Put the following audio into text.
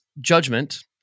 judgment